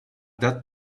that